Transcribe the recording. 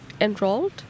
enrolled